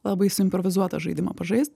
labai suimprovizuotą žaidimą pažaist